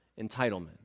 entitlement